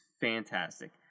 fantastic